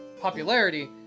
popularity